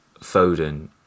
Foden